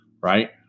right